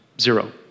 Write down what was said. zero